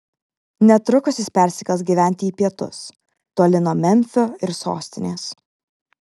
netrukus jis persikels gyventi į pietus toli nuo memfio ir sostinės